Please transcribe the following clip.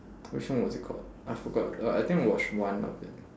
which one was it called I forgot uh I think I watched one of it